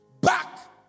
back